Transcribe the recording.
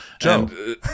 Joe